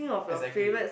exactly